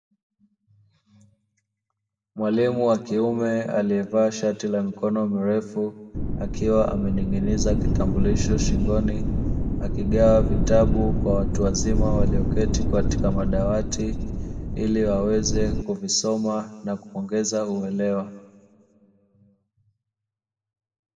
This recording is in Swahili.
Mwalimu wa kiume aliyevaa shati la mikono mirefu akiwa amening'iniza kitambulisho shingoni, akigawa vitabu kwa watu wazima walioketi katika madawati ili waweze kuvisoma na kuongeza uelewa.